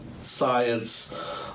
science